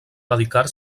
dedicar